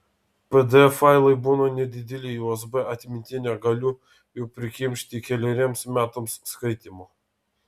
pdf failai būna nedideli į usb atmintinę galiu jų prikimšti keleriems metams skaitymo